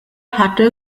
hatte